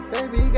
Baby